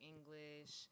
English